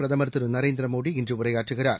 பிரதமர் திருநரேந்திரமோடிஇன்றுஉரையாற்றுகிறார்